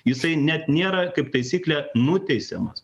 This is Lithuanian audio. jisai net nėra kaip taisyklė nuteisiamas